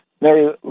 Mary